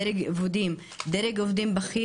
דרג עובדים בכיר,